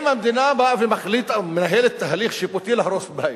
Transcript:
אם המדינה מנהלת תהליך שיפוטי להרוס בית,